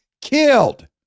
Killed